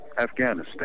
afghanistan